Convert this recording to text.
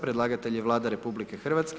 Predlagatelj je Vlada RH.